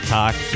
Talk